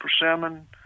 persimmon